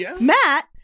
Matt